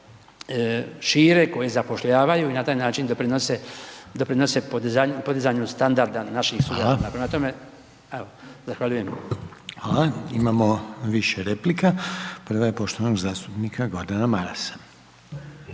šire, koje zapošljavaju i na taj način doprinose podizanju standarda naših sugrađana. Prema tome, evo zahvaljujem. **Reiner, Željko (HDZ)** Hvala imamo više replika. Prva je poštovanog zastupnika Gordana Marasa.